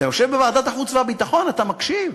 אתה יושב בוועדת החוץ והביטחון, אתה מקשיב,